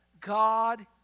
God